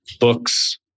books